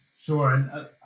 Sure